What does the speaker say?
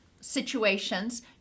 situations